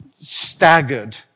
staggered